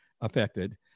affected